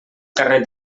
carnet